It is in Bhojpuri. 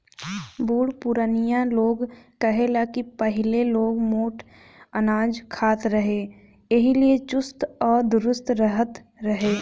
बुढ़ पुरानिया लोग कहे ला की पहिले लोग मोट अनाज खात रहे एही से चुस्त आ दुरुस्त रहत रहे